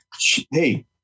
Hey